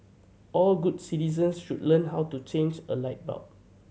all good citizens should learn how to change a light bulb